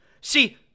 See